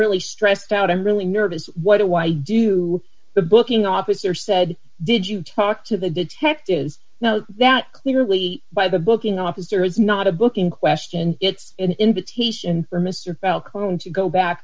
really stressed out i'm really nervous what do i do the booking officer said did you talk to the detectives know that clearly by the booking office there is not a booking question it's an invitation for mr cohen to go back